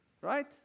right